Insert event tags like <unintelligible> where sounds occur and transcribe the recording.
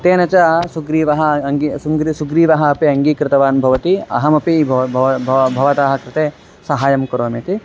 तेन च सुग्रीवः अङ्गी <unintelligible> सुग्रीवः अपि अङ्गीकृतवान् भवति अहमपि भवतः कृते सहाय्यं करोमिति